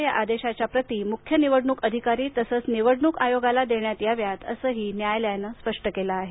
या आदेशाच्या प्रती मुख्य निवडणूक अधिकारी तसंच निवडणूक आयोगाला देण्यात याव्यात असंही न्यायालयानं म्हटलं आहे